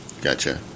Gotcha